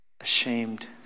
ashamed